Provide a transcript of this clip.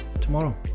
tomorrow